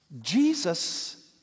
Jesus